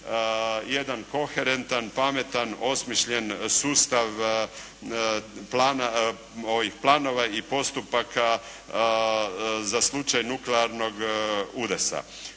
jedan koherentan, pametan, osmišljen sustav planova i postupaka za slučaj nuklearnog udesa.